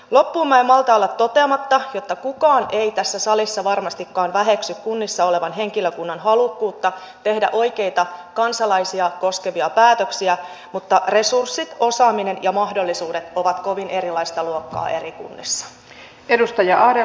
loppuun en malta olla toteamatta että kukaan ei tässä salissa varmastikaan väheksy kunnissa olevan henkilökunnan halukkuutta tehdä kansalaisia koskevia oikeita päätöksiä mutta resurssit osaaminen ja mahdollisuudet ovat kovin erilaista luokkaa eri kunnissa